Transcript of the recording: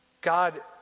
God